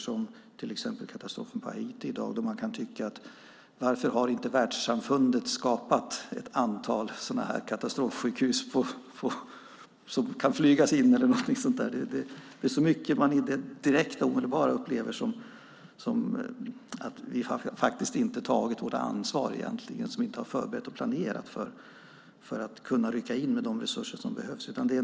Det gäller till exempel katastrofen på Haiti, där man kan fråga sig varför världssamfundet inte har skapat ett antal katastrofsjukhus som kan flygas in. Man upplever direkt att vi inte har tagit vårt ansvar när vi inte har förberett och planerat för att kunna rycka in med de resurser som behövs.